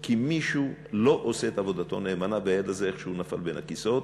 כי מישהו לא עושה את עבודתו נאמנה והילד הזה איכשהו נפל בין הכיסאות.